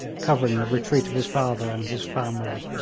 covering the retreat of his father and his family.